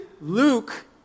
Luke